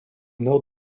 nord